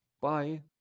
Bye